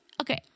okay